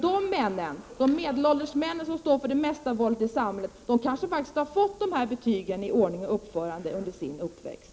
De männen, de medelålders männen som står för det mesta våldet i samhället, kanske faktiskt har fått betyg i ordning och uppförande under sin uppväxt.